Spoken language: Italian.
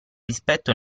rispetto